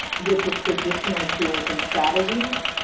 with the traditional tools and strategies